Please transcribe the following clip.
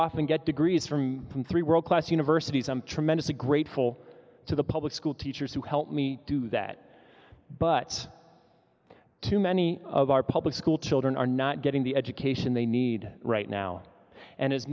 off and get degrees from three world class universities i'm tremendously grateful to the public school teachers who help me do that but too many of our public school children are not getting the education they need right now and